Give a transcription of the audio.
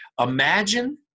Imagine